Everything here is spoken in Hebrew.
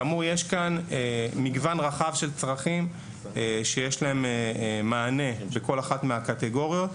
כאמור יש כאן מגוון רחב של צרכים שיש להם מענה בכל אחת מהקטיגוריות.